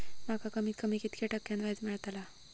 माका कमीत कमी कितक्या टक्क्यान व्याज मेलतला?